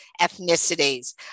ethnicities